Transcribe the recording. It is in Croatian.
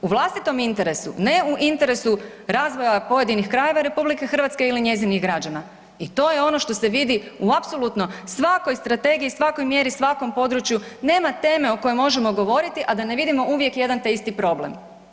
U vlastitom interesu, ne u interesu razvoja pojedinih krajeva RH ili njezinih građana i to je ono što se vidi u apsolutno svakoj strategiji, svakoj mjeri, svakom području, nema teme o kojoj možemo govoriti, a da ne vidimo uvijek jedna te isti problem.